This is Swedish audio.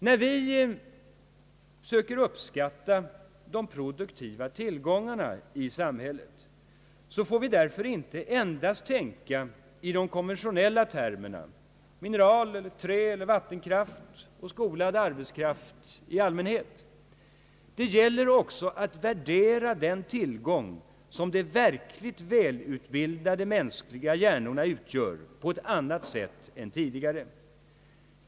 När vi därför söker uppskatta de produktiva tillgångarna i samhället, får vi inte endast tänka i de konventionella termerna mineral, trä, vattenkraft och skolad arbetskraft. Det gäller också att värdera den tillgång som de verkligt välutbildade mänskliga hjärnorna utgör på ett annat sätt än tidigare.